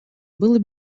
было